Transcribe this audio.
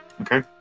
Okay